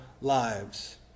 lives